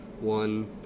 one